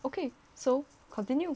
okay so continue